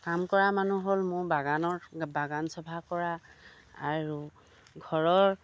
কাম কৰা মানুহ হ'ল মোৰ বাগানৰ বাগান চফা কৰা আৰু ঘৰৰ